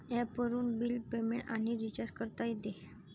ॲपवरून bill payment आणि recharge करता येते